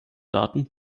daten